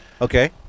Okay